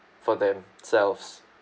for themselves